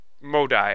modi